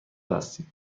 هستیم